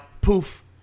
poof